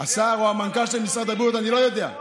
השר או המנכ"ל של משרד הבריאות, אני לא יודע.